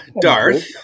Darth